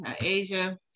Asia